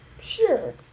Sure